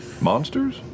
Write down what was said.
Monsters